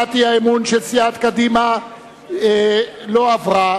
שהצעת האי-אמון של סיעת קדימה לא עברה.